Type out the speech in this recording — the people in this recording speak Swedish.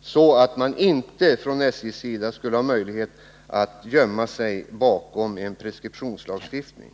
så att SJ inte ges möjlighet att gömma sig bakom en preskriptionslagstiftning.